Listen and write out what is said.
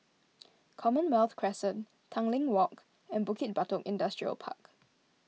Commonwealth Crescent Tanglin Walk and Bukit Batok Industrial Park